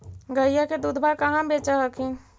गईया के दूधबा कहा बेच हखिन?